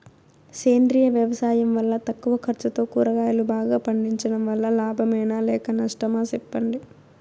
సేంద్రియ వ్యవసాయం వల్ల తక్కువ ఖర్చుతో కూరగాయలు బాగా పండించడం వల్ల లాభమేనా లేక నష్టమా సెప్పండి